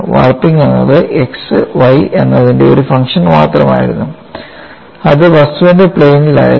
warping എന്നത് x y ന്റെ ഒരു ഫംഗ്ഷൻ മാത്രമായിരുന്നു അത് വസ്തുവിൻറെ പ്ലെയിനിൽ ആയിരുന്നു